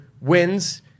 wins